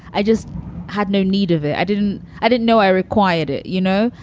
i just had no need of it. i didn't i didn't know i required it. you know,